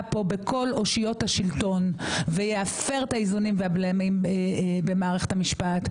פה בכל אושיות השלטון ויפר את האיזונים והבלמים במערכת המשפט,